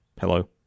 Hello